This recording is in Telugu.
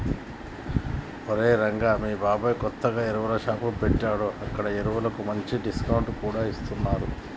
ఒరేయ్ రంగా మీ బాబాయ్ కొత్తగా ఎరువుల షాప్ పెట్టాడు అక్కడ ఎరువులకు మంచి డిస్కౌంట్ కూడా ఇస్తున్నరు